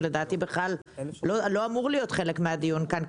שהן לא אמורות להיות חלק מהדיון כאן,